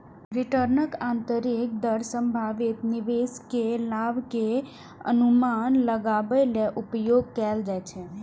रिटर्नक आंतरिक दर संभावित निवेश के लाभ के अनुमान लगाबै लेल उपयोग कैल जाइ छै